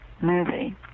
movie